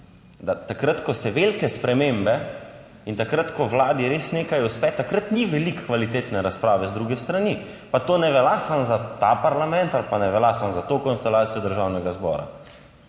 da takrat, ko se velike spremembe in takrat, ko vladi res nekaj uspe, takrat ni veliko kvalitetne razprave z druge strani pa to ne velja samo za ta parlament ali pa ne velja samo za to konstelacijo Državnega zbora,